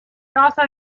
also